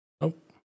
Nope